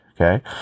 Okay